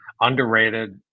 underrated